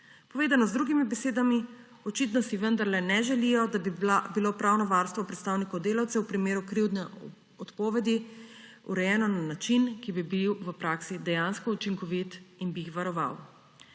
Povedano z drugimi besedami, očitno si vendarle ne želijo, da bi bilo pravno varstvo predstavnikov delavcev v primeru krivdne odpovedi urejeno na način, ki bi bil v praksi dejansko učinkovit in bi jih varoval.